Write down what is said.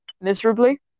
miserably